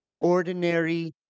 ordinary